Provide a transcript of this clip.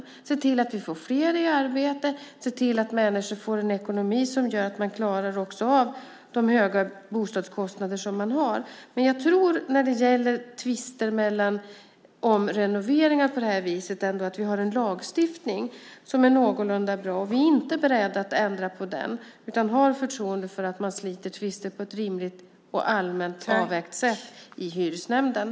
Vi ska se till att få flera i arbete, se till att människor får en ekonomi som gör att de klarar av de höga bostadskostnader de har. När det gäller tvister om renoveringar finns en lagstiftning som är någorlunda bra. Vi är inte beredda att ändra på den, utan vi har förtroende för att man sliter tvister på ett rimligt och avvägt sätt i hyresnämnderna.